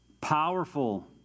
Powerful